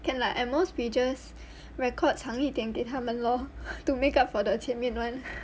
can lah at most we just record 长一点给他们 lor to make up for the 前面 [one]